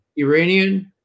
Iranian